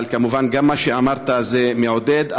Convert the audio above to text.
כמובן, גם מה שאמרת זה מעודד.